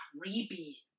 creepy